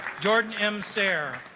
jordan m sarah